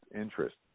interest